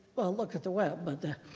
well, look at the web. but